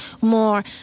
more